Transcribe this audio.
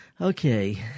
Okay